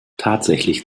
tatsächlich